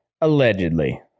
Allegedly